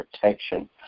protection